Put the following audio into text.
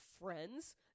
friends